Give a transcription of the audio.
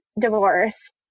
divorce